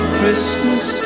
Christmas